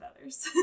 others